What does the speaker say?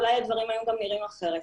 אולי הדברים היו נראים אחרת.